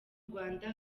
rwanda